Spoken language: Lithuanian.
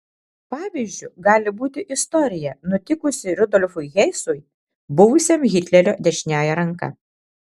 pavyzdžiu gali būti istorija nutikusi rudolfui hesui buvusiam hitlerio dešiniąja ranka